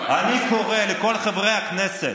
אני קורא לכל חברי הכנסת: